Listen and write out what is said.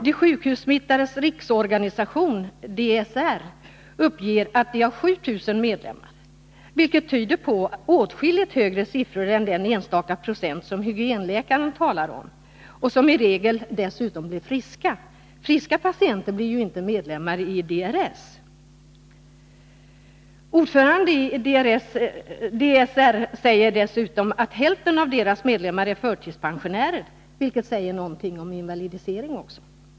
De sjukhussmittades riksorganisation, DSR, uppger att man har 7 000 medlemmar, vilket tyder på åtskilligt högre siffror än den enstaka procent som hygienläkaren talar om och som i regel dessutom blir friska. Friska patienter blir ju inte medlemmar i DSR. Ordföranden i DSR säger dessutom att hälften av medlemmarna är förtidspensionärer, vilket också säger någonting om invalidisieringen.